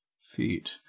feet